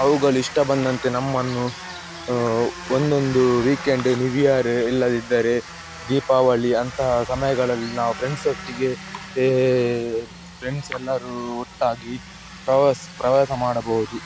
ಅವುಗಳಿಷ್ಟ ಬಂದಂತೆ ನಮ್ಮನ್ನು ಒಂದೊಂದು ವೀಕೆಂಡ್ ನ್ಯುವ್ ಇಯರ್ ಇಲ್ಲದಿದ್ದರೆ ದೀಪಾವಳಿ ಅಂತಹ ಸಮಯಗಳಲ್ಲಿ ನಾವು ಫ್ರೆಂಡ್ಸೊಟ್ಟಿಗೆ ಫ್ರೆಂಡ್ಸ್ ಎಲ್ಲರೂ ಒಟ್ಟಾಗಿ ಪ್ರವಾಸ ಪ್ರವಾಸ ಮಾಡಬಹುದು